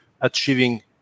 achieving